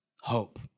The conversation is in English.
Hope